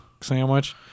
sandwich